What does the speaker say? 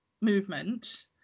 movement